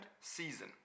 season